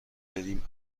بریم